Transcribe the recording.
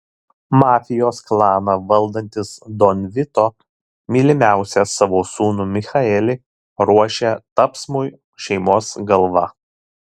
mafijos klaną valdantis don vito mylimiausią savo sūnų michaelį ruošia tapsmui šeimos galva